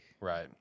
Right